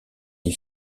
des